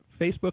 Facebook